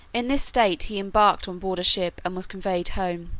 in this state he embarked on board a ship and was conveyed home.